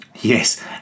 Yes